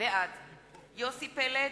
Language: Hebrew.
בעד יוסי פלד,